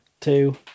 two